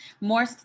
more